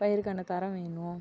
பயிருக்கான தரம் வேணும்